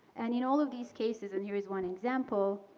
and in all of these cases, and here is one example,